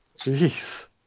Jeez